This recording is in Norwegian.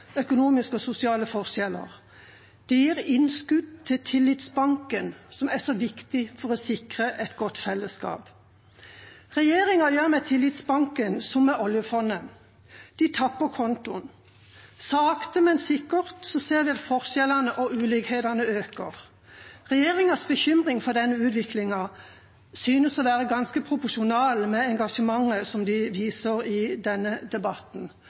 økonomiske og sosiale forskjeller. Det gir innskudd til tillitsbanken, som er så viktig for å sikre et godt fellesskap. Regjeringa gjør med tillitsbanken som med oljefondet: De tapper kontoen. Sakte, men sikkert ser vi at forskjellene og ulikhetene øker. Regjeringas bekymring for denne utviklingen synes å være ganske proporsjonal med engasjementet de viser i denne debatten